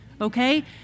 okay